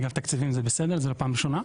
משרד האוצר.